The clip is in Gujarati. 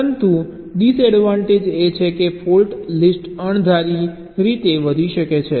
પરંતુ ડીસએડવાન્ટેજ એ છે કે ફોલ્ટ લિસ્ટ અણધારી રીતે વધી શકે છે